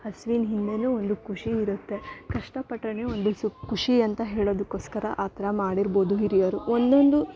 ಹಸ್ವಿನ ಹಿಂದೇನೆ ಒಂದು ಖುಷಿ ಇರುತ್ತೆ ಕಷ್ಟ ಪಟ್ರೇನೇ ಒಂದು ಸುಖ ಖುಷಿ ಅಂತ ಹೇಳೋದಕ್ಕೋಸ್ಕರ ಆ ಥರ ಮಾಡಿರ್ಬೋದು ಹಿರಿಯರು ಒಂದೊಂದು